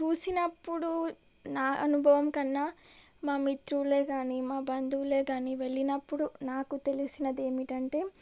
చూసినప్పుడు నా అనుభవం కన్నా మా మిత్రులే కాని మా బంధువులే కాని వెళ్ళినప్పుడు నాకు తెలిసినది ఏమిటంటే